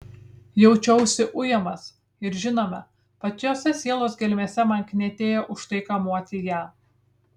jaučiausi ujamas ir žinoma pačiose sielos gelmėse man knietėjo už tai kamuoti ją